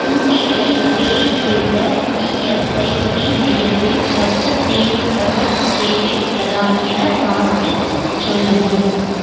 UTI வகையைச் சேர்ந்த ESIC மையத்தில் இரத்தச் சேமிப்பகச் சேவை உள்ளதா எனப் பார்த்துச் சொல்லவும்